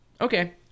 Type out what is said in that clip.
okay